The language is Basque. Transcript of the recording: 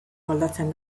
moldatzen